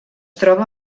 troba